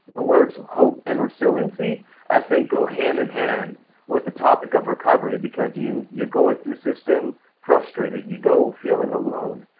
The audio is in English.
the words of hope and resiliency i think go hand-in-hand with the topic of recovery because you you go into the system frustrated, you go feeling alone,